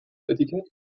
etikett